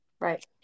Right